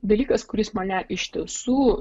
dalykas kuris mane iš tiesų